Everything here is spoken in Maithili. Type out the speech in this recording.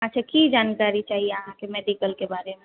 अच्छा की जानकारी चाही अहाँके मेडिकल के बारेमे